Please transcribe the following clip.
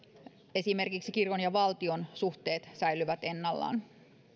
esimerkiksi kirkon ja valtion suhteet säilyvät ennallaan